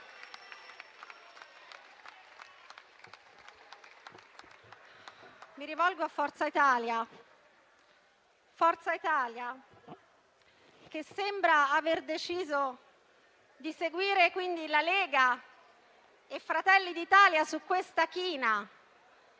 Mi rivolgo a Forza Italia, che sembra aver deciso di seguire la Lega e Fratelli d'Italia su questa china.